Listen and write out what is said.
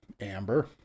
amber